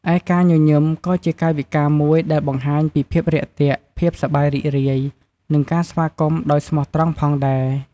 ឯការញញឹម ក៏ជាកាយវិការមួយដែលបង្ហាញពីភាពរាក់ទាក់ ភាពសប្បាយរីករាយ និងការស្វាគមន៍ដោយស្មោះត្រង់ផងដែរ។